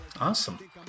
awesome